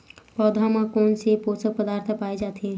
पौधा मा कोन से पोषक पदार्थ पाए जाथे?